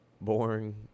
boring